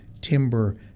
timber